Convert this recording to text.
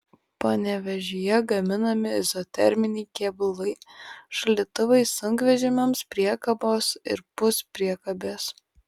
panevėžyje gaminami izoterminiai kėbulai šaldytuvai sunkvežimiams priekabos ir puspriekabės